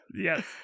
Yes